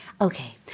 Okay